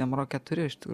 ten ma ro keturi iš tikrų